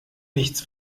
nichts